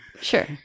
Sure